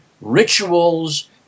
rituals